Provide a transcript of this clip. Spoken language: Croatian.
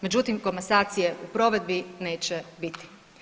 Međutim, komasacije u provedbi neće biti.